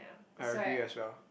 I agree as well